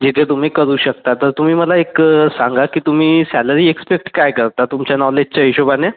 जिथे तुम्ही करू शकता तर तुम्ही मला एक सांगा की तुम्ही सॅलरी एक्सपेक्ट काय करता तुमच्या नॉलेजच्या हिशोबाने